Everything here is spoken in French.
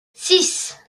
six